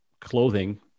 clothing